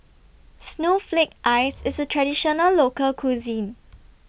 Snowflake Ice IS A Traditional Local Cuisine